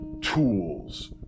tools